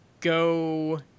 go